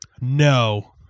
No